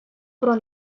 про